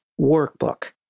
workbook